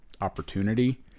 opportunity